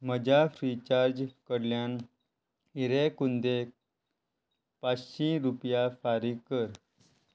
म्हज्या फ्रीचार्ज कडल्यान इरे कुंदेक पांचशी रुपया फारीक कर